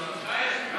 הסתייגויות.